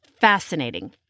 fascinating